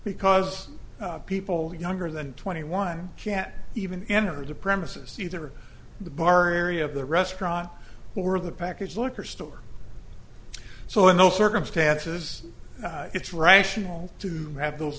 because people younger than twenty one can't even enter the premises either the bar area of the restaurant or the package liquor store so in those circumstances it's rational to have those